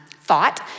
thought